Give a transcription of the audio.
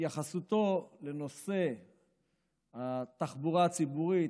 שבהתייחסותו לנושא התחבורה הציבורית,